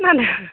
खोनादों